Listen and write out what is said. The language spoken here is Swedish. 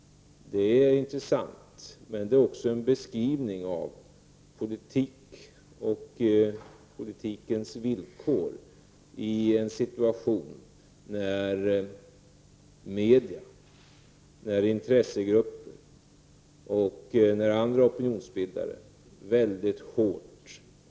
Det är intressant och det är också en beskrivning av poltik och politikens villkor i en situation när media, intressegrupper och andra opinionsbildare attackerar väldigt hårt.